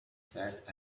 fat